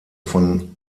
von